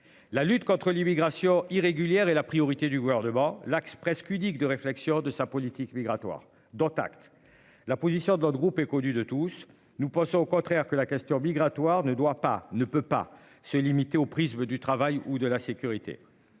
La lutte contre l'immigration irrégulière et la priorité du gouvernement l'axe presque ludique de réflexion de sa politique migratoire. Dont acte. La position de notre groupe est connu de tous. Nous pensons au contraire que la question migratoire ne doit pas ne peut pas se limiter aux prix se veut du travail ou de la sécurité.